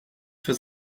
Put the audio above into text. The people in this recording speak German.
für